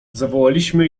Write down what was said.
zawołaliśmy